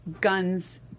guns